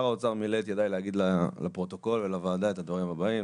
מילא את ידיי להגיד לפרוטוקול ולוועדה את הדברים הבאים,